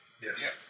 Yes